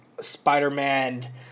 Spider-Man